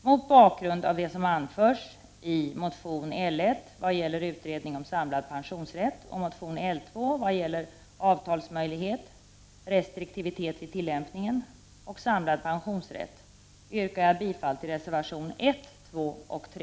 Mot bakgrund av det som anförs i motion L1 vad gäller utredning om samlad pensionsrätt och motion L2 vad gäller möjlighet till avtal, restriktivitet vid tillämpningen och samlad pensionsrätt yrkar jag bifall till reservation 1, 2 och 3.